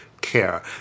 care